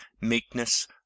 meekness